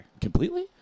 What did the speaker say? Completely